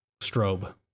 strobe